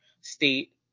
state